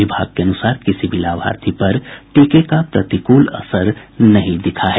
विभाग के अनुसार किसी भी लाभार्थी पर टीके का प्रतिकूल असर नहीं दिखा है